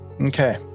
Okay